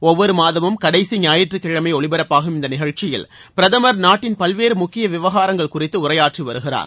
ஒவ்வொரு மாதமும் கடைசி ஞாயிற்றுக்கிழமை ஒலிபரப்பாகும் இந்த நிகழ்ச்சியில் பிரதமர் நாட்டின் பல்வேறு முக்கிய விவகாரங்கள் குறித்து உரையாற்றி வருகிறார்